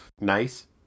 nice